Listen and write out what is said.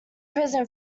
prison